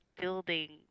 building